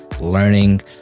learning